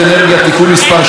התשע"ח 2018,